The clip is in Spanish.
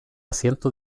asiento